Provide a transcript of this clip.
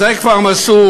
אז זה כבר מסור